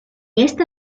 esta